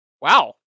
wow